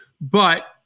But-